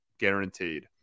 guaranteed